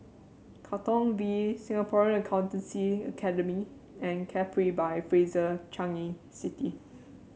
Katong V Singapore Accountancy Academy and Capri by Fraser Changi City